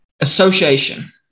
Association